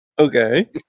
Okay